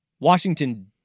Washington